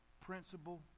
principle